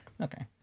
Okay